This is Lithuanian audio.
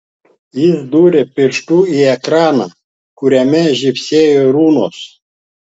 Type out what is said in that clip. jis dūrė pirštu į ekraną kuriame žybsėjo runos